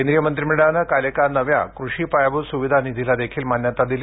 केंद्रीय मंत्रिमंडळाने काल एका नव्या कृषी पायाभूत सुविधा निधीलाही मान्यता दिली